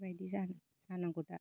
बेबायदि जानांगौ दा